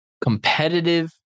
competitive